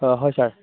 অঁ হয় ছাৰ